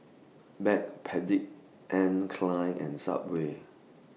Backpedic Anne Klein and Subway